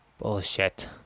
Bullshit